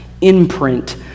imprint